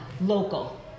local